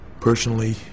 personally